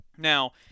Now